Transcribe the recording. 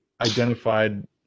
identified